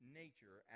nature